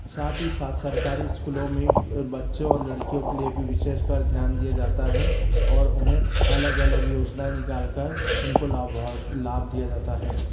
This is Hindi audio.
साथ ही साथ सरकारी स्कूलों में बच्चों और लड़कियों के लिए भी विशेषकर ध्यान दिया जाता है और उन्हें अलग अलग योजनाएँ निकाल कर उनको लाभ दिया जाता है